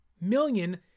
million